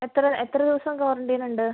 എത്ര എത്ര ദിവസം ക്വാറൻറ്റയിൻ ഉണ്ട്